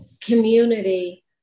community